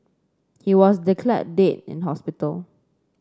he was declared dead in hospital